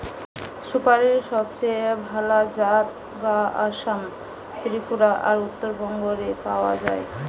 সুপারীর সবচেয়ে ভালা জাত গা আসাম, ত্রিপুরা আর উত্তরবঙ্গ রে পাওয়া যায়